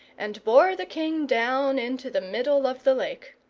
and bore the king down into the middle of the lake.